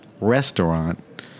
restaurant